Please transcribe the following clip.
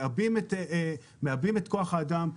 הם מעבים את כוח האדם,